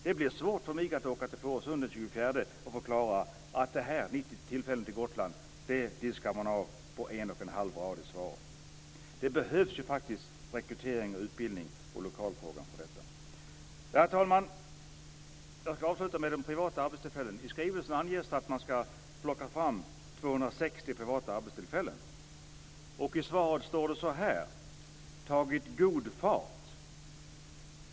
Det blir svårt för mig att åka till Fårösund den 24 februari och förklara att det här med 90 arbetstillfällen till Gotland klarades av på en och en halv rad i svaret. Det behövs ju rekrytering och utbildning och lokaler för detta. Herr talman! När det gäller privata arbetstillfällen anges det i skrivelsen att man ska ta fram 260 privata arbetstillfällen. I svaret står det: "tagit god fart".